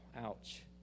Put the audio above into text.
Ouch